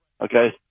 Okay